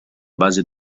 base